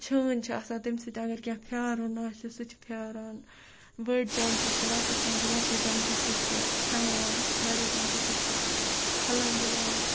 چھٲنۍ چھِ آسان تمہِ سۭتۍ اَگَر کینٛہہ پھیارُن آسہِ سُہ چھِ پھیاران بٔڑۍ چَمچہِ چھِ لۄکٕٹۍ چَمچہٕ لوکٹیٚو چَمچَو سۭتۍ چھِ کھیٚوان بَڈیٚو چَمچَو سۭتۍ چھِ کھَلَن دِوان